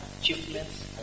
achievements